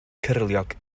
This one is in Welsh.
cyrliog